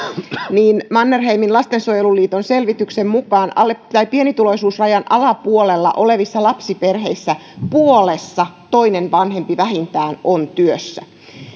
niin mannerheimin lastensuojeluliiton selvityksen mukaan pienituloisuusrajan alapuolella olevista lapsiperheistä puolessa vähintään toinen vanhempi on työssä